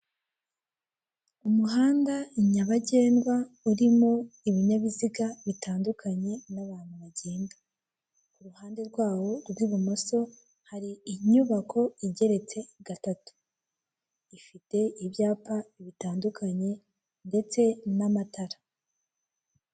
Umuhanda nyabagendwa urimo ibinyabiziga bitandukanye n'abantu bagenda, ku ruhande rwawo rw'ibumoso hari inyubako igeretse gatatu, ifite ibyapa bitandukanye ndetse n'amatara.